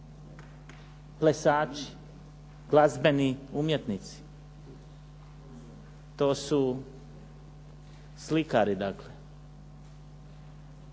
plesači, glazbeni umjetnici, to su slikari dakle.